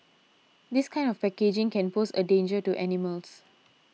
this kind of packaging can pose a danger to animals